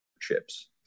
chips